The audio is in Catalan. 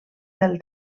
del